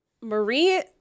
Marie